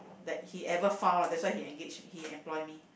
that he ever found lah that's why he engaged he employed me